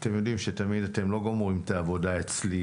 אתם יודעים שהעבודה לא נגמרת בדיווח